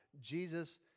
Jesus